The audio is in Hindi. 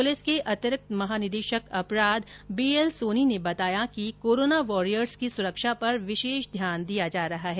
पुलिस के अतिरिक्त महानिदेशक अपराध बी एल सोनी ने बताया कि कोरोना वॉरियर्स की सुरक्षा पर विशेष ध्यान दिया जा रहा है